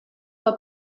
que